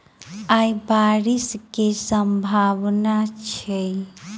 आय बारिश केँ सम्भावना छै?